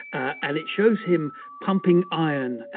and it shows him pumping iron,